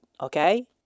okay